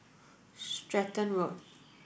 Stratton Road